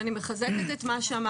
אני מחזקת את מה שאמרת.